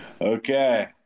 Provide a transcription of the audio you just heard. Okay